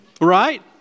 Right